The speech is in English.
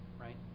right